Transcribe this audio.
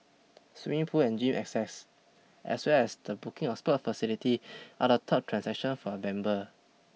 swimming pool and gym access as well as the booking of sport facility are the top transactions for a member